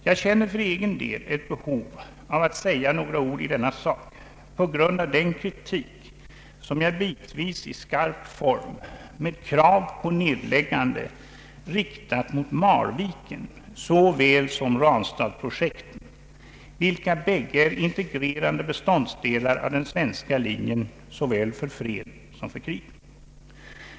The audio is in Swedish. Jag känner för vår egen del ett behov att säga några ord i denna sak på grund av den kritik som jag bitvis i skarp form med krav på nedläggande riktat mot såväl Marvikensom Ranstadsprojekten, vilka båda är integrerande beståndsdelar av den svenska linjen såväl för fred som för krig.